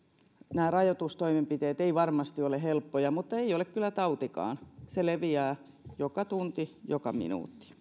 nämä rajoitustoimenpiteet eivät varmasti ole helppoja mutta ei ole kyllä tautikaan se leviää joka tunti joka minuutti